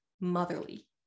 motherly